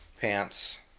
pants